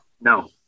No